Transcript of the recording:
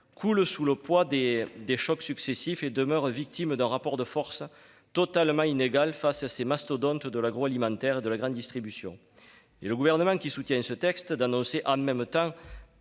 croule sous les chocs successifs, et demeure victime d'un rapport de force totalement inégal face aux mastodontes de l'agroalimentaire et de la grande distribution. Et le Gouvernement, qui soutient ce texte, d'annoncer, en même temps-